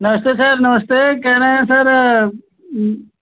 नमस्ते सर नमस्ते कहे रहे हैं सर